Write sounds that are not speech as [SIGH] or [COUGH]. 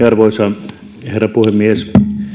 [UNINTELLIGIBLE] arvoisa herra puhemies